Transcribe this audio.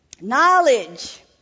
Knowledge